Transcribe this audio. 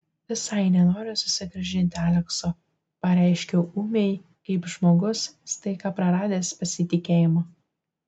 visai nenoriu susigrąžinti alekso pareiškiau ūmiai kaip žmogus staiga praradęs pasitikėjimą